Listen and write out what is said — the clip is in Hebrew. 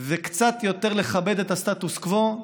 וקצת יותר לכבד את הסטטוס קוו,